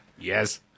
Yes